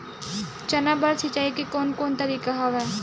चना बर सिंचाई के कोन कोन तरीका हवय?